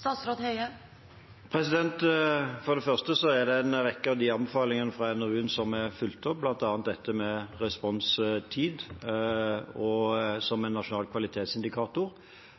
For det første er det en rekke av de anbefalingene fra NOU-en som er fulgt opp, bl.a. dette med responstid som en nasjonal kvalitetsindikator.